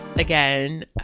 again